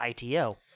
ITO